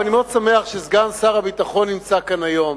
ואני מאוד שמח שסגן שר הביטחון נמצא כאן היום